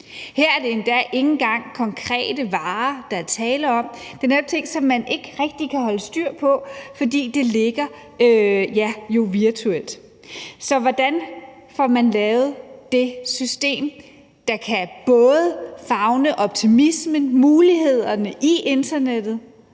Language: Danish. Her er det endda ikke engang konkrete varer, der er tale om. Det er netop ting, som man ikke rigtig kan holde styr på, fordi det jo ligger, ja, virtuelt. Så hvordan får man lavet det system, der både kan favne optimismen og mulighederne i internettet,